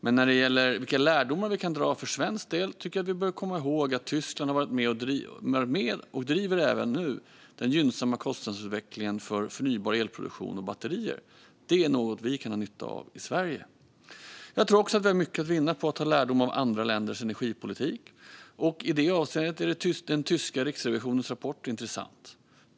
Men när det gäller vilka lärdomar vi kan dra för svensk del tycker jag att vi bör komma ihåg att Tyskland har varit med och driver även nu den gynnsamma kostnadsutvecklingen för förnybar elproduktion och batterier. Det är något vi kan dra nytta av i Sverige. Jag tror också att vi har mycket att vinna på att ta lärdom av andra länders energipolitik, och i det avseendet är den tyska riksrevisionens rapport intressant.